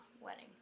wedding